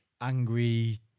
angry